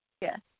Yes